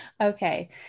Okay